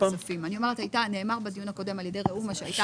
אמות המידה.